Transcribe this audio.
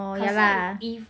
可是 if